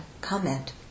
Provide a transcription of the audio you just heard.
comment